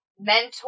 mentor